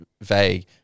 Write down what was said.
vague